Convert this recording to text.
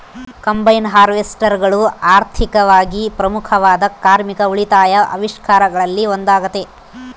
combine ಹಾರ್ವೆಸ್ಟರ್ಗಳು ಆರ್ಥಿಕವಾಗಿ ಪ್ರಮುಖವಾದ ಕಾರ್ಮಿಕ ಉಳಿತಾಯ ಆವಿಷ್ಕಾರಗಳಲ್ಲಿ ಒಂದಾಗತೆ